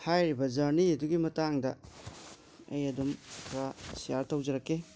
ꯍꯥꯏꯔꯤꯕ ꯖ꯭ꯔꯅꯤ ꯑꯗꯨꯒꯤ ꯃꯇꯥꯡꯗ ꯑꯩ ꯑꯗꯨꯝ ꯈꯔ ꯁꯤꯌꯥꯔ ꯇꯧꯖꯔꯛꯀꯦ